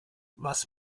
was